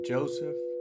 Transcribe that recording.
Joseph